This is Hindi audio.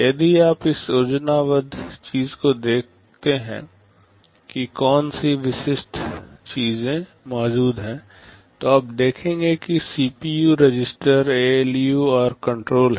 यदि आप इस योजनाबद्ध चीज़ को देखते हैं कि कौन सी विशिष्ट चीजें मौजूद हैं तो आप देखेंगे कि सीपीयू रजिस्टर एएलयू और कण्ट्रोल है